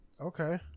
Okay